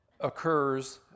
occurs